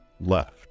left